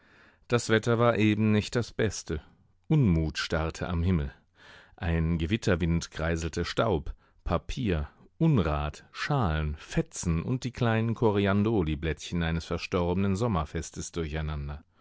das wetter war eben nicht das beste unmut starrte am himmel ein gewitterwind kreiselte staub papier unrat schalen fetzen und die kleinen coriandoliblättchen eines verstorbenen sommerfestes durcheinander